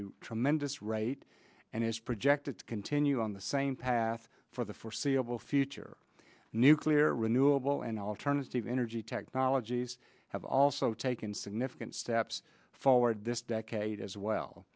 a tremendous rate and is projected to continue on the same path for the foreseeable future nuclear renewable and alternative energy technologies have also taken significant steps forward this decade as well